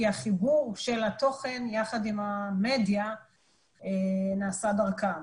החיבור של התוכן יחד עם המדיה נעשה דרכם.